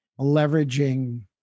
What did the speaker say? leveraging